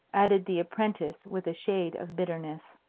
added the apprentice with a shade of bitterness.